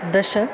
दश